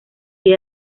que